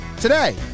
today